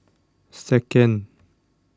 second